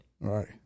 Right